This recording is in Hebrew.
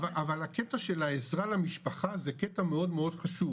אבל הקטע של העזרה למשפחה זה קטע חשוב,